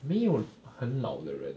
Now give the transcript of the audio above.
没有很老的人